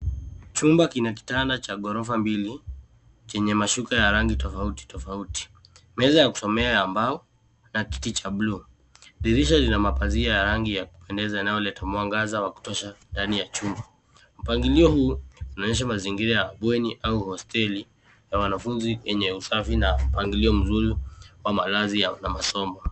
Chumba kina kitand ca ghorofa mbili chenye mashuka ya rangi tofautitofauti. Meza ya kusomea ya mbao na kiti cha buluu. Dirisha yana mapazi ya rangi ya kupendeza inayoleta mwangaza wa kutosha ndani ya chumba. Mppangilio huu unaoneyesha mazingira ya bweni au hosteli ya wanafunzi yenye usafi na mpangilio mzuri wa malazi na masomo.